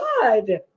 good